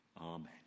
Amen